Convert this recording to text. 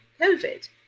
COVID